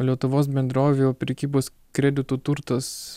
lietuvos bendrovių prekybos kreditų turtus